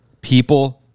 People